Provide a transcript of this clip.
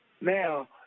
Now